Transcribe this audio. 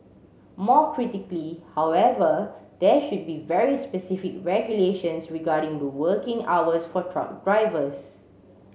more critically however there should be very specific regulations regarding the working hours for truck drivers